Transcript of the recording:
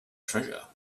treasure